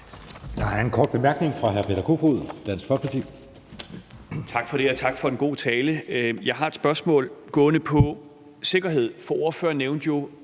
Der er en kort bemærkning fra hr. Peter Kofod, Dansk Folkeparti. Kl. 11:28 Peter Kofod (DF): Tak for det, og tak for en god tale. Jeg har et spørgsmål gående på sikkerhed, for ordføreren nævnte jo